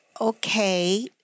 Okay